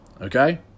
okay